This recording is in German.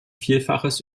vielfaches